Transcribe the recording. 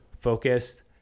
focused